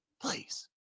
Please